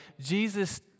Jesus